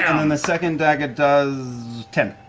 and then the second dagger does ten.